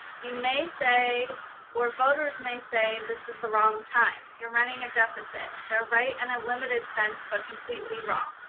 you may say or voters may say this is the wrong time. you're running a deficit. they're right in and a limited sense, but completely wrong.